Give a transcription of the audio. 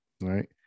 Right